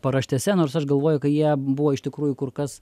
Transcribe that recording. paraštėse nors aš galvoju kad jie buvo iš tikrųjų kur kas